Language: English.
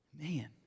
Man